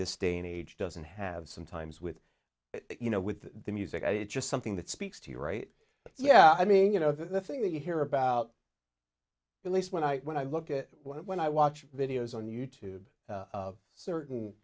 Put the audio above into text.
this day and age doesn't have sometimes with you know with the music and it's just something that speaks to you right yeah i mean you know the thing that you hear about at least when i when i look at when i watch videos on you tube certain